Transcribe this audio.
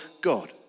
God